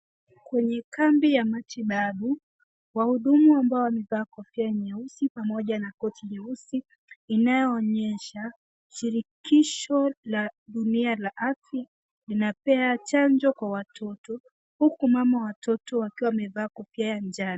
Kwenye kambi ya matibabu, wahudumu ambao wamevaa kofia nyeusi pamoja na koti nyeusi inayoonyesha shiriisho la dunia la ardhi linapea chanjo kwa watoto huku mama watoto akiwa amevaa kofia ya njano.